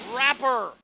rapper